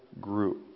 group